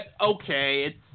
okay